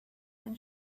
than